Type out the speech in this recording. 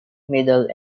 middle